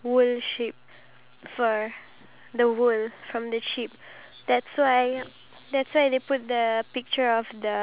I feel like I should just be thankful and eat the food because if you were to look at people from other countries they barely